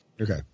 Okay